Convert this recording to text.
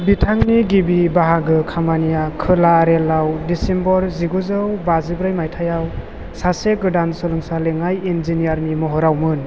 बिथांनि गिबि बाहागो खामानिया खोला रेलआव दिसेम्बर जिगुजौ बाजिब्रै माइथायाव सासे गोदान सोलोंसा लेङाइ इन्जिनियारनि महरावमोन